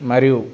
మరియు